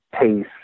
pace